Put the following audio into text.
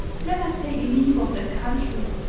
let us take leave of the country,